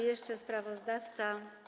Jeszcze sprawozdawca.